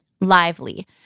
Lively